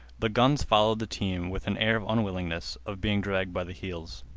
the guns followed the teams with an air of unwillingness, of being dragged by the heels.